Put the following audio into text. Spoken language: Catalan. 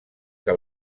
que